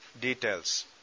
details